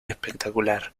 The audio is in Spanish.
espectacular